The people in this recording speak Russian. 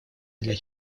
для